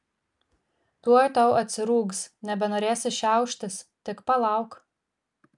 tuoj tau atsirūgs nebenorėsi šiauštis tik palauk